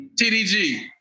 TDG